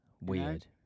Weird